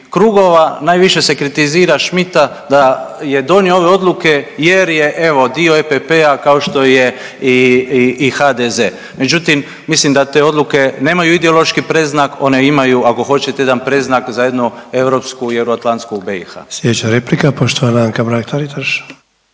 krugova najviše se kritizira Šmita da je donio ove odluke jer je dio evo dio EPP-a kao što je i HDZ. Međutim, mislim da te odluke nemaju ideološki predznak one imaju ako hoćete jedan predznak za jednu europsku i euroatlansku BiH. **Sanader, Ante (HDZ)** Slijedeća replika poštovana Anka Mrak Taritaš.